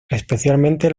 especialmente